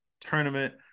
tournament